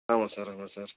ஆமாம் சார் ஆமாம் சார்